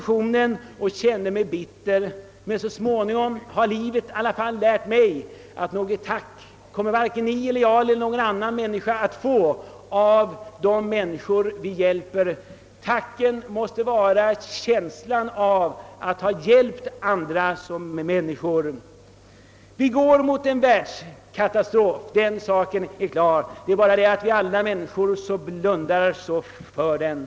Visst kände jag mig bitter, men så småningom lärde livet mig att varken jag eller någon annan människa kommer att få något tack av dem vi hjälper. Tacket måste ligga i själva känslan av att ha hjälpt andra människor. Vi går mot en världskatastrof, den saken är klar. Det är bara det att de flesta människor blundar för detta.